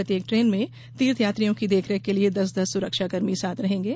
प्रत्येक ट्रेन में तीर्थ यात्रियों की देख रेख के लिये दस दस सुरक्षाकर्मी साथ रहेंगे